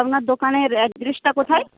আপনার দোকানের অ্যাড্রেসটা কোথায়